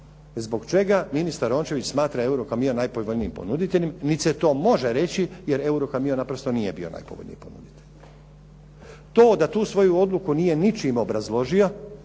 zbog čega ministar Rončević smatra "Eurokamion" najpovoljnijim ponuditeljem niti se to može reći jer "Eurokamion" naprosto nije bio najpovoljniji ponuditelj. To da tu svoju odluku nije ničim obrazložio